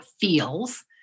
feels